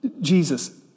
Jesus